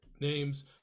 names